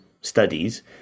studies